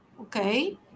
okay